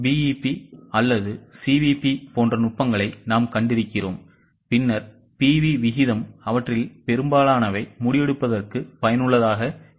BEP அல்லது CVP போன்ற நுட்பங்களை நாம் கண்டிருக்கிறோம் பின்னர் PV விகிதம் அவற்றில் பெரும்பாலானவை முடிவெடுப்பதற்கு பயனுள்ளதாக இருக்கும